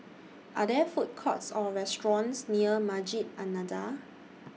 Are There Food Courts Or restaurants near Masjid An Nahdhah